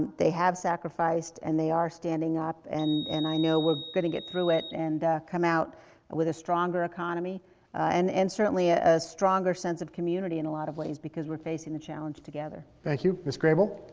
they have sacrificed and they are standing up and, and i know we're gonna get through it and come out with a stronger economy and and certainly ah a stronger sense of community, in a lot of ways, because we're facing the challenge together. thank you. miss grey bull.